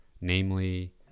namely